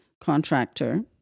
contractor